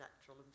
natural